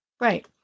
Right